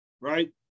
Right